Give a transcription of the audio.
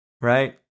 right